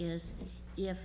is if